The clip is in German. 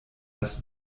das